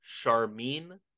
Charmin